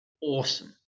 awesome